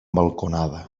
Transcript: balconada